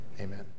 Amen